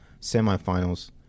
semifinals